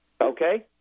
Okay